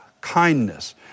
kindness